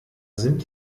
sind